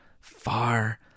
far